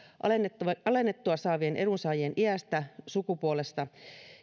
alennettua tukea saavien edunsaajien iästä sukupuolesta